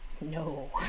no